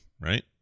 right